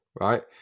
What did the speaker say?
right